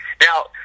now